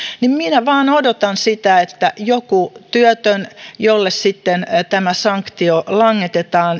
niin minä vain odotan sitä että joku työtön jolle sitten tämä sanktio langetetaan